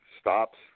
stops